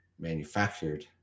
manufactured